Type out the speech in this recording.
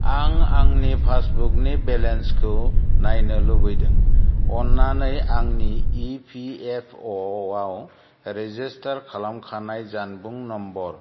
आं आंनि पासबुकनि बेलेन्सखौ नायनो लुबैदों अन्नानै आंनि इपिएफअ आव रेजिस्टार खालामखानाय जानबुं नम्बर